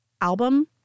album